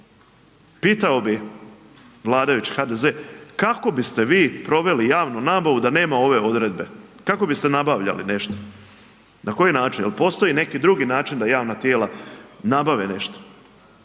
Pitao vladajući HDZ kako biste vi proveli javnu nabavu da nema ove odredbe? Kako biste nabavljali nešto? Na koji način, jel postoji neki drugi način da javna tijela nabave nešto?